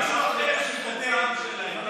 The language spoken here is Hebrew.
בסוף יש את העניין של להרבות במעשים טובים.